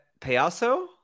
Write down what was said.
payaso